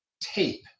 tape